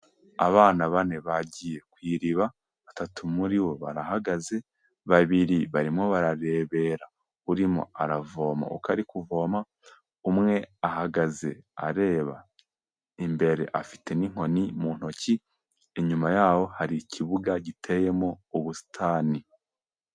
Abana bane bagiye ku iriba, batatu muri bo barahagaze, babiri barimo bararebera urimo aravoma uko ari kuvoma, umwe ahagaze areba imbere afite n'inkoni mu ntoki, inyuma yaho hari ikibuga giteyemo ubusitani.